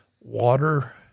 water